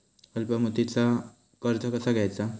अल्प मुदतीचा कर्ज कसा घ्यायचा?